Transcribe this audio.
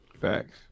Facts